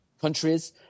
countries